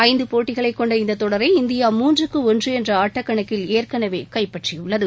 ஐந்து போட்டிகளைக் கொண்ட இந்த தொடரை இந்தியா மூன்றுக்கு ஒன்று என்ற ஆட்டக்கணக்கில் ஏற்கனவே கைப்பற்றியுள்ளது